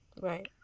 Right